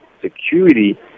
security